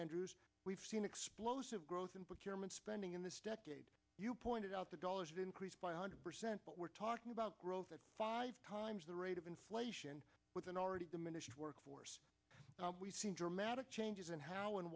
and we've seen explosive growth in both german spending in this decade you pointed out the dollars increase by two hundred percent but we're talking about growth at five times the rate of inflation with an already diminished workforce we've seen dramatic changes in how